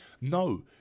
No